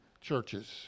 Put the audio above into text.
churches